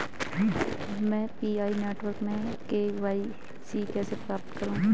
मैं PI network में KYC कैसे प्राप्त करूँ?